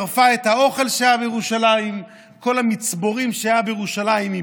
ושרפה את האוכל שהיה בירושלים ואיבדה את כל המצבורים שהיו בירושלים.